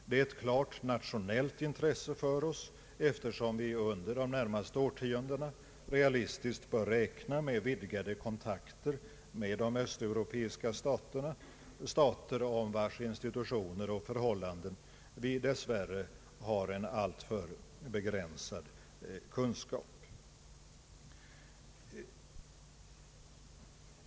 Det är ett klart nationellt intresse för oss, eftersom vi under de närmaste årtiondena realistiskt bör räkna med vidgade kontakter med de östeuropeiska staterna, om vilkas institutioner och förhållanden vi dess värre har en alltför begränsad kunskap.